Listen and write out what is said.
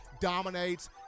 dominates